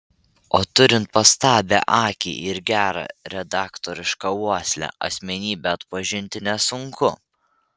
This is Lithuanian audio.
o turint pastabią akį ir gerą redaktorišką uoslę asmenybę atpažinti nesunku